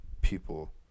people